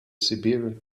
siberian